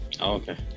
Okay